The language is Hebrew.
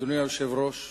אדוני היושב-ראש,